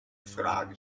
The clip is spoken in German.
frage